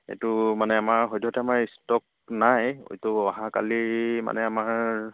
এইটো মানে আমাৰ সদ্যহতে আমাৰ ষ্টক নাই এইটো অহাকালি মানে আমাৰ